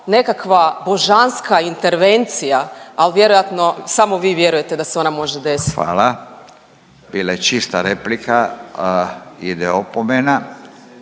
nekakva božanska intervencija, ali vjerojatno samo vi vjerujete da se ona može desit. **Radin, Furio (Nezavisni)** Hvala. Bila je čista replika ide opomena.